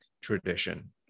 tradition